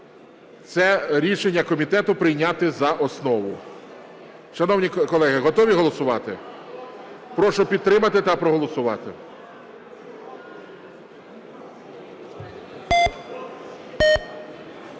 Це рішення комітету прийняти за основу. Шановні колеги, готові голосувати? Прошу підтримати та проголосувати.